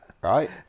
right